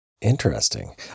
Interesting